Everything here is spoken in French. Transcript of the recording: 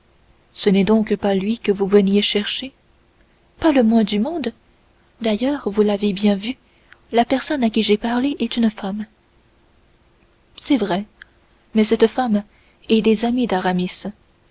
ce n'est donc pas lui que vous veniez chercher pas le moins du monde d'ailleurs vous l'avez bien vu la personne à qui j'ai parlé est une femme c'est vrai mais cette femme est des amies d'aramis